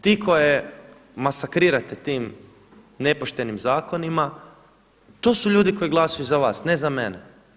Ti koje masakrirate tim nepoštenim zakonima, to su ljudi koji glasuju za vas, ne za mene.